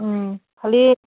খালি